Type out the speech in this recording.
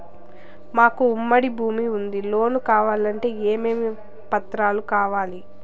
మాకు ఉమ్మడి భూమి ఉంది లోను కావాలంటే ఏమేమి పత్రాలు కావాలి?